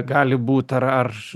gali būt ar ar